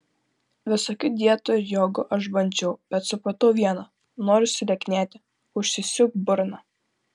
visokių dietų ir jogų aš bandžiau bet supratau viena nori sulieknėti užsisiūk burną